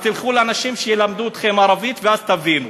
אז תלכו לאנשים שילמדו אתכם ערבית ואז תבינו.